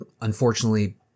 unfortunately